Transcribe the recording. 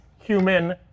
human